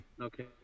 Okay